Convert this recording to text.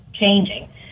changing